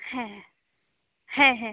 হ্যাঁ হ্যাঁ হ্যাঁ হ্যাঁ